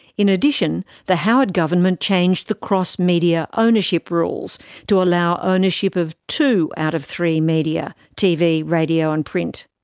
in addition, the howard government changed the cross-media ownership rules to allow ownership of two out of three media tv, radio and print.